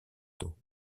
του